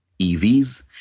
EVs